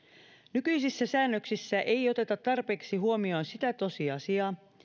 nykyisissä säännöksissä ei oteta tarpeeksi huomioon sitä tosiasiaa